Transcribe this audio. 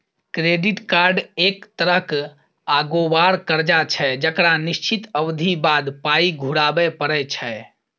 credit card एक तरहक अगोबार करजा छै जकरा निश्चित अबधी बाद पाइ घुराबे परय छै